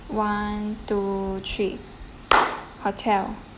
one two three hotel